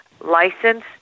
license